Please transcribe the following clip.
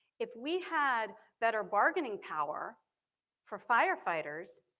if we had better bargaining power for firefighters,